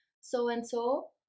so-and-so